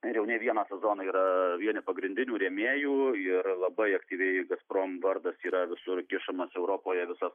ir jau ne vieną sezoną yra vieni pagrindinių rėmėjų yra labai aktyviai gazprom vardas yra visur kišamas europoje visas